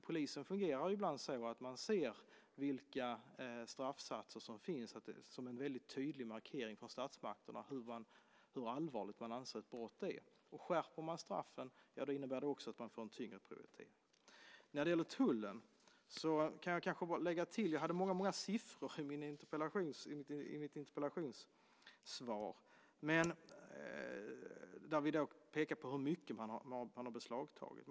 Polisen fungerar ibland så att de ser straffsatserna som en tydlig markering om hur allvarligt statsmakterna ser på ett brott. Skärps straffen blir det en tyngre prioritet. Sedan var det frågan om tullen. Jag hade många siffror i mitt interpellationssvar. Jag vill där peka på hur mycket som har beslagtagits.